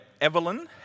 Evelyn